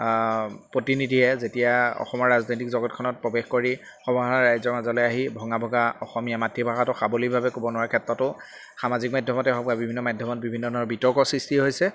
প্ৰতিনিধিয়ে যেতিয়া অসমৰ ৰাজনৈতিক জগতখনত প্ৰৱেশ কৰি সৰ্বসাধাৰণ ৰাজ্যৰ মাজলৈ আহি ভঙা ভঙা অসমীয়া মাতৃভাষাটো সাৱলীকভাৱে ক'ব নোৱাৰা ক্ষেত্ৰতো সামাজিক মাধ্যমতে হওক বা বিভিন্ন মাধ্যমত বিভিন্ন ধৰণৰ বিতৰ্ক সৃষ্টি হৈছে